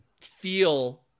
feel